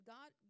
God